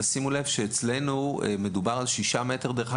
תשימו לב שאצלנו מדובר על שישה מטרים,